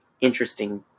interesting